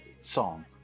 song